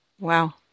wow